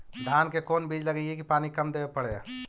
धान के कोन बिज लगईऐ कि पानी कम देवे पड़े?